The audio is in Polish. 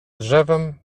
drzewem